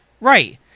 Right